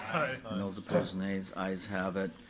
aye. and those opposed, nays, ayes have it.